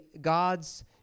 God's